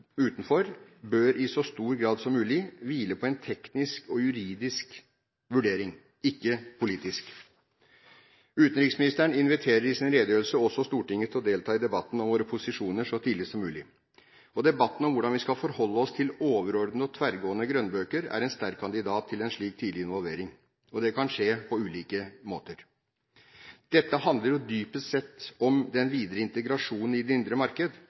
bør i så stor grad som mulig hvile på en teknisk og juridisk vurdering – ikke en politisk. Utenriksministeren inviterer i sin redegjørelse også Stortinget til å delta i debatten om våre posisjoner så tidlig som mulig. Debatten om hvordan vi skal forholde oss til overordnede og tverrgående grønnbøker er en sterk kandidat til en slik tidlig involvering. Det kan skje på ulike måter. Dette handler jo dypest sett om den videre integrasjon i det indre marked